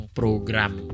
program